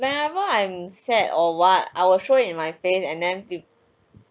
whenever I'm sad or what I will show in my face and then